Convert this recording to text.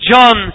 John